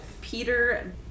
peter